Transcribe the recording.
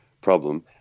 problem